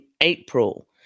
April